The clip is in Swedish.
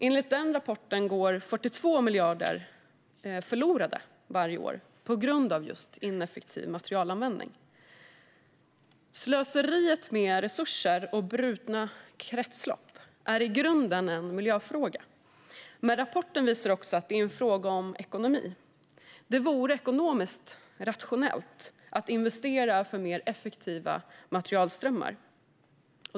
Enligt den rapporten går 42 miljarder förlorade varje år på grund av just ineffektiv materialanvändning. Slöseriet med resurser och brutna kretslopp är i grunden en miljöfråga, men rapporten visar också att det är en fråga om ekonomi. Det vore ekonomiskt rationellt att investera för mer effektiva materialströmmar.